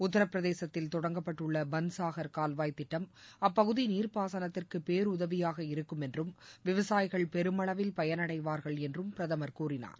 உத்தரப்பிரதேசத்தில் தொடங்கப்பட்டுள்ள பள்சாக் கால்வாய் திட்டம் அப்பகுதி நீர்ப்பாசனத்திற்கு பேருதவியாக இருக்கும் என்றும் விவசாயிகள் பெருமளவில் பயனடைவார்கள் என்றும் பிரதமர் கூறினார்